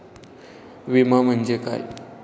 विमा म्हणजे काय?